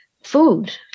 Food